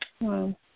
Wow